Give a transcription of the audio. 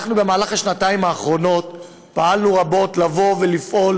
במהלך השנתיים האחרונות פעלנו רבות לפעול